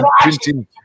printing